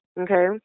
Okay